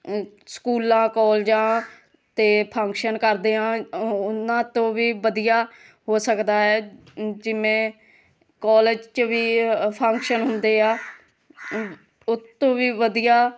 ਸਕੂਲਾਂ ਕਾਲਜਾਂ ਅਤੇ ਫੰਕਸ਼ਨ ਕਰਦੇ ਹਾਂ ਉਹਨਾਂ ਤੋਂ ਵੀ ਵਧੀਆ ਹੋ ਸਕਦਾ ਹੈ ਜਿਵੇਂ ਕਾਲਜ 'ਚ ਵੀ ਫੰਕਸ਼ਨ ਹੁੰਦੇ ਆ ਉਹਤੋਂ ਵੀ ਵਧੀਆ